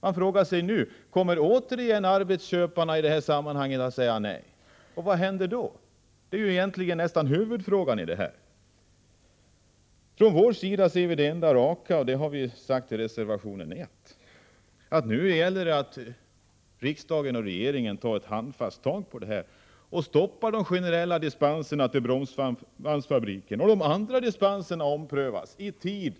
Man frågar sig nu: Kommer arbetsköparna återigen att säga nej i det här sammanhanget, och vad händer då? Det kan sägas vara huvudfrågan i nuvarande läge. Från vår sida menar vi, och det har vi sagt i reservation 1, att det enda raka är att riksdagen och regeringen handfast ser till att de generella dispenserna för Bromsbandsfabriken stoppas och att de andra dispenserna omprövas i tid.